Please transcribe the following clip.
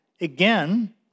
again